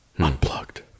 Unplugged